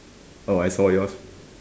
I saw yours